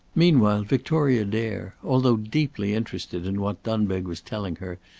meanwhile victoria dare, although deeply interested in what dunbeg was telling her,